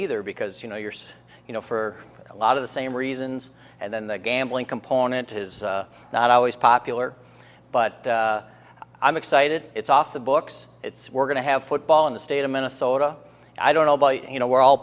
either because you know you're so you know for a lot of the same reasons and then the gambling component is not always popular but i'm excited it's off the books it's we're going to have football in the state of minnesota i don't know but you know